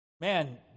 man